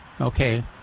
Okay